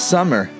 Summer